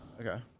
Okay